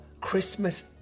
Christmas